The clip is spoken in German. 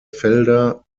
felder